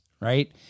right